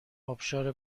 ابشار